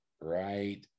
Right